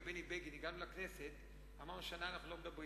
איך אמרת פעם: כשאני ובני בגין הגענו לכנסת אמרנו: שנה אנחנו לא מדברים.